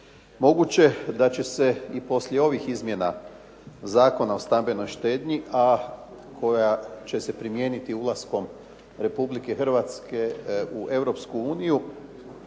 Moguće i da će se poslije ovih izmjena Zakona o stambenoj štednji, a koja će se primijeniti ulaskom Republike Hrvatske u Europsku uniju